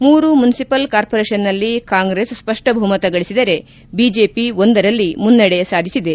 ಮೂರು ಮುನಿಸಿಪಲ್ ಕಾರ್ಪೊರೇಷನ್ನಲ್ಲಿ ಕಾಂಗ್ರೆಸ್ ಸ್ಪಷ್ಟ ಬಹುಮತ ಗಳಿಸಿದರೆ ಬಿಜೆಪಿ ಒಂದರಲ್ಲಿ ಮುನ್ನಡೆ ಸಾಧಿಸಿದೆ